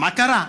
מה קרה?